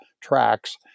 tracks